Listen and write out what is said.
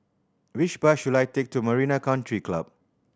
which bus should I take to Marina Country Club